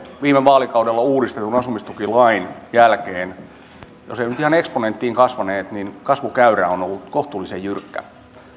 viime vaalikaudella uudistetun asumistukilain jälkeen kasvaneet jos ne eivät nyt ihan eksponenttiin ole kasvaneet niin kasvukäyrä on ollut kohtuullisen jyrkkä